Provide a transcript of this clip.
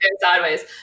sideways